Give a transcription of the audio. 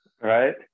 Right